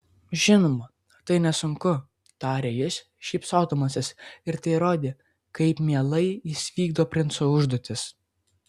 žinoma tai nesunku tarė jis šypsodamasis ir tai rodė kaip mielai jis vykdo princo užduotis